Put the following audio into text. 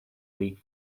league